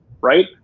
Right